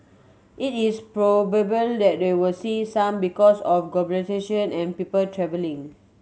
it is probable that they will see some because of globalisation and people travelling